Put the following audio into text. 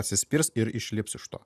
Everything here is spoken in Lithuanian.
atsispirs ir išlips iš to